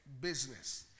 business